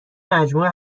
مجموعه